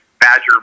Badger